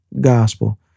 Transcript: gospel